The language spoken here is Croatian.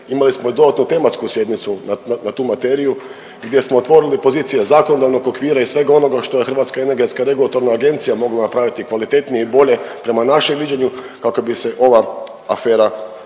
imali smo i dodatnu tematsku sjednicu na tu materiju gdje smo otvorili pozicije zakonodavnog okvira i svega onoga što je HERA mogla napraviti kvalitetnije i bolje prema našem viđenju kako bi se ova afera